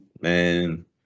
Man